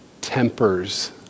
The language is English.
tempers